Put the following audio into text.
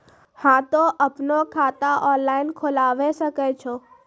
हाँ तोय आपनो खाता ऑनलाइन खोलावे सकै छौ?